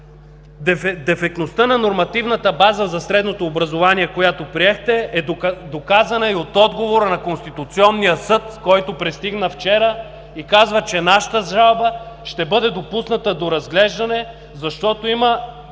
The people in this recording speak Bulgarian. Дефектността на нормативната база за средното образование, която приехте, е доказана и от отговора на Конституционния съд, който пристигна вчера (показва го) и казва, че нашата жалба ще бъде допусната до разглеждане, защото има